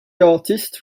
artists